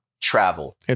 travel